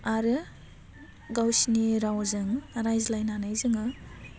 आरो गावसिनि रावजों रायज्लायनानै जोङो